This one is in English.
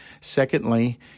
secondly